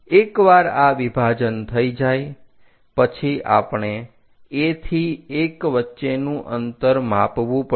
એકવાર આ વિભાજન થઈ જાય પછી આપણે A થી 1 વચ્ચેનું અંતર માપવું પડશે